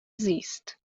زیست